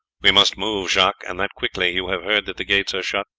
we must move, jacques, and that quickly you have heard that the gates are shut.